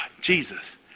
Jesus